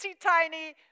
tiny